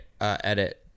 edit